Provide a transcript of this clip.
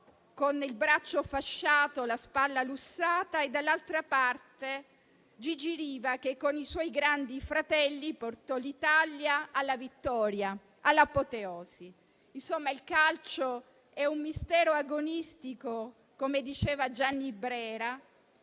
con il braccio fasciato e la spalla lussata, e, dall'altra parte, Gigi Riva che con i suoi grandi fratelli portò l'Italia alla vittoria, all'apoteosi. Il calcio è un mistero agonistico - come diceva Gianni Brera